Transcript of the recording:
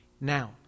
Now